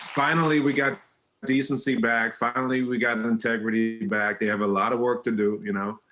finally, we got decency back, finally, we got integrity back, they have a lot of work to do, you know,